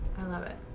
i love it.